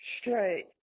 Straight